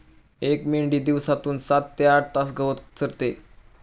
एक मेंढी दिवसातून सात ते आठ तास गवत चरते